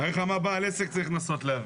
תאר לך מה בעל עסק צריך לנסות להבין.